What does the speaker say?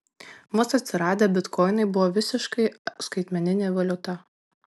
vos atsiradę bitkoinai buvo visiškai skaitmeninė valiuta